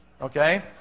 okay